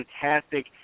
fantastic